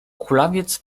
kulawiec